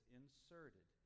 inserted